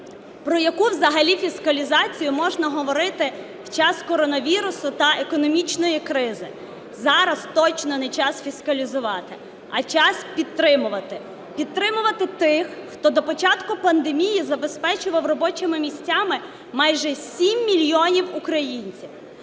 Про яку взагалі фіскалізацію можна говорити в час коронавірусу та економічної кризи? Зараз точно не час фіскалізувати, а час підтримувати, підтримувати тих, хто до початку пандемії забезпечував робочими місцями майже 7 мільйонів українців.